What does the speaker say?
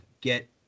get